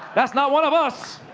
that's not one of us!